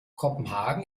kopenhagen